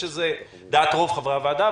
ואני חושב שגם לדעת רוב חברי הוועדה,